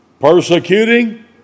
persecuting